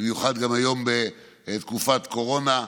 במיוחד גם היום בתקופת קורונה,